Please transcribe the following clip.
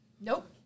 Nope